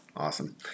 Awesome